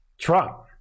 Trump